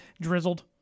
Drizzled